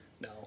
No